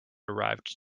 arrived